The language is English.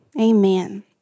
Amen